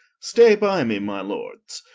stay by me my lords,